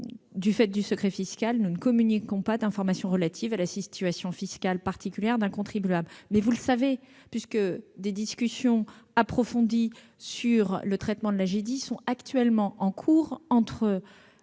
en vertu du secret fiscal, nous ne communiquons pas d'informations relatives à la situation fiscale particulière d'un contribuable. Vous savez d'ailleurs que des discussions approfondies sur le traitement de l'Agedi sont en cours entre